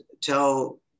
tell